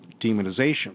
demonization